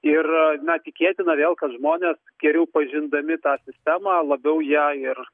ir na tikėtina vėl kad žmonės geriau pažindami tą sistemą labiau ją ir